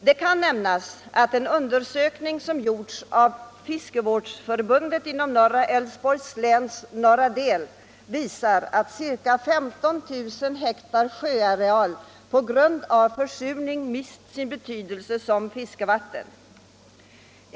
Det kan nämnas att en undersökning som gjorts av Fiskevårdsförbundet inom Älvsborgs läns norra del visar att ca 15000 ha sjöareal på grund av försurning mist sin betydelse som fiskevatten.